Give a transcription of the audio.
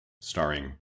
starring